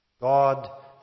God